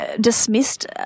dismissed